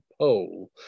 poll